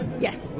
yes